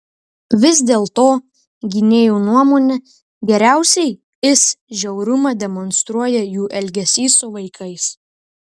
vis dėlto gynėjų nuomone geriausiai is žiaurumą demonstruoja jų elgesys su vaikais